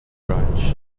branch